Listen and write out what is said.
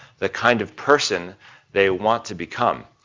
the kind of person they want to become.